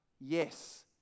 yes